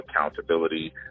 accountability